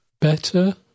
better